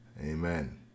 Amen